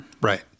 Right